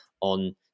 on